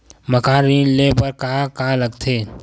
मकान ऋण ले बर का का लगथे?